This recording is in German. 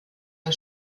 der